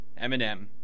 eminem